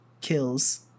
kills